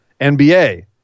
NBA